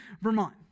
Vermont